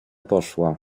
poszła